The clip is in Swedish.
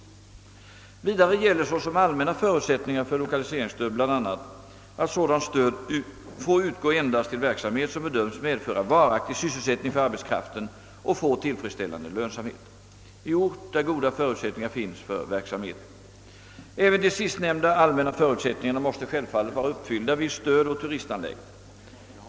Vidare gäller såsom allmänna förutsättningar för lokaliseringsstöd bl.a., att sådant stöd får utgå endast till verksamhet, som bedöms medföra varaktig sysselsättning för arbetskraften och få tillfredsställande lönsamhet, i ort där goda förutsättningar finns för verksamheten. Även de sistnämnda allmänna förutsättningarna måste självfallet vara uppfyllda vid stöd åt turistanläggning.